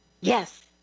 Yes